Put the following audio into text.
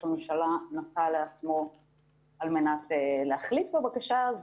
הממשלה נתן לעצמו על מנת להחליט בבקשה.